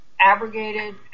abrogated